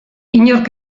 inork